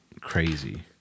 crazy